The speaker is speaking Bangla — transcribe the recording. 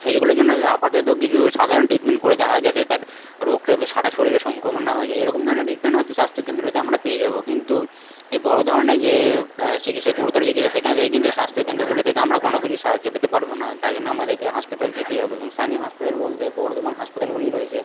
সেইগুলোর জন্য আপাতত কিছু সাধারণ ট্রিটমেন্ট করে দেওয়া হয় যাতে তার রোগটা বে সারা শরীরে সংক্রমণ না হয়ে যায় এ রকম ধরণের টিটমেন্ট হয়তো স্বাস্থ কেন্দ্রতে আমরা পেয়ে যাবো কিন্তু এই বড়ো ধরণের যে চিকিৎসা গুরুতর যে চিকিৎসা যে স্বাস্থ্য কেন্দ্রগুলো থেকে আমরা কোনো কিছু সাহায্য পেতে পারবো না তাই জন্য আমাদেরকে হাসপাতাল যেতেই হবে এবং স্থানীয় হাসপাতাল বলতে বর্ধমান হাসপাতালগুলি রয়েছে